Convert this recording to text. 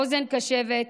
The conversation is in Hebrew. לאוזן קשבת,